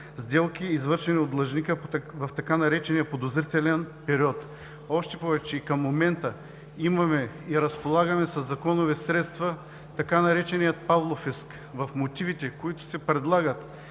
сделки, извършени от длъжника в така наречения „подозрителен период“. И към момента имаме и разполагаме със законови средства, така наречения „Павлов иск“. В мотивите, които се предлагат,